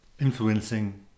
influencing